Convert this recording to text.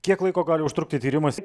kiek laiko gali užtrukti tyrimas